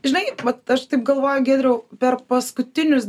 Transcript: žinai vat aš taip galvoju giedriau per paskutinius